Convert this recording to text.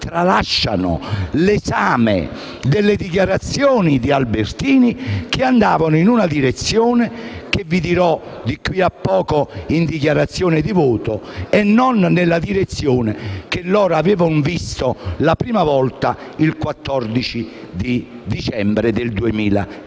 tralasciano l'esame delle dichiarazioni di Albertini che andavano in una direzione che vi dirò di qui a poco in sede di dichiarazione di voto, e non nella direzione che loro avevano individuato la prima volta, il 14 dicembre del 2014.